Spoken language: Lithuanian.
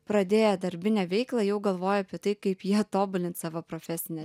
pradėję darbinę veiklą jau galvoja apie tai kaip jie tobulins savo profesines